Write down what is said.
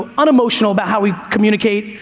ah unemotional about how we communicate.